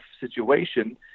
situation